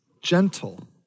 gentle